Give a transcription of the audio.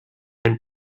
and